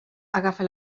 agafa